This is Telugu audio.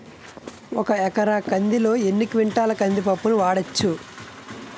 ఒక ఎకర కందిలో ఎన్ని క్వింటాల కంది పప్పును వాడచ్చు?